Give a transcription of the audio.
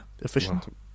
Efficient